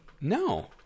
no